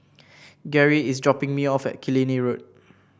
Gerry is dropping me off at Killiney Road